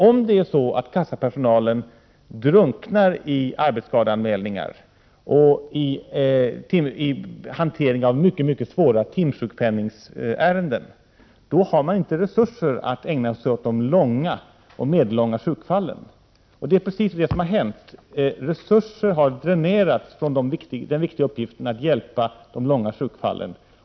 Om kassapersonalen drunknar i arbetsskadeanmälningar och i hantering av mycket svåra timsjukpenningärenden, då har man inte resurser att ägna sig åt de långa och medellånga sjukskrivningarna. Det är precis vad som har hänt: resurser har dränerats från den viktiga uppgiften att hjälpa de långtidssjuka.